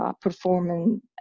performing